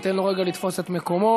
ניתן לו רגע לתפוס את מקומו,